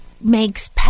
makes